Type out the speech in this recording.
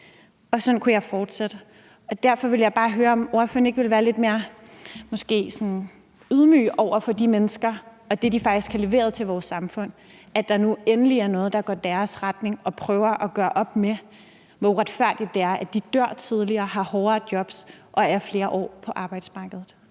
Og sådan kunne jeg fortsætte. Derfor vil jeg bare høre, om ordføreren måske ikke vil være sådan lidt mere ydmyg over for de mennesker og det, de faktisk har leveret til vores samfund, i forhold til at der nu endelig er noget, der går i deres retning, hvor man prøver at gøre op med, hvor uretfærdigt det er, at de dør tidligere, har hårde jobs og er flere år på arbejdsmarkedet.